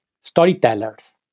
storytellers